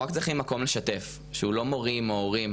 אנחנו רק צריכים מקום לשתף שהוא לא מורים או הורים,